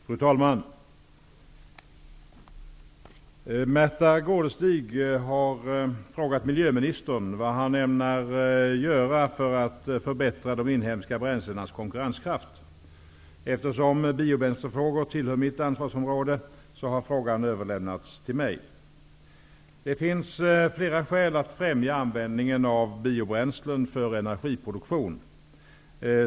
Fru talman! Märtha Gårdestig har frågat miljöministern vad han ämnar göra för att förbättra de inhemska bränslenas konkurrenskraft. Eftersom biobränslefrågor tillhör mitt ansvarsområde har frågan överlämnats till mig. Det finns flera skäl att främja användningen av biobränslen för energiproduktion.